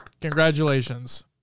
Congratulations